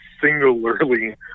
singularly